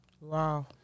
Wow